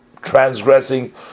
transgressing